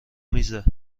میزه